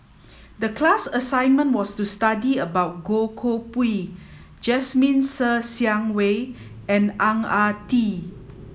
the class assignment was to study about Goh Koh Pui Jasmine Ser Xiang Wei and Ang Ah Tee